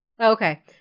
Okay